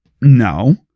No